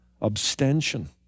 abstention